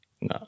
no